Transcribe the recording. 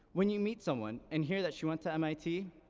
when you meet someone and hear that she went to mit,